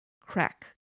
Crack